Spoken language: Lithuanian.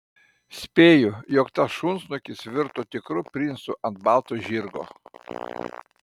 spėju jog tas šunsnukis virto tikru princu ant balto žirgo